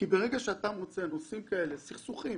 כי ברגע שאתה רוצה להוסיף כאלה סכסוכים,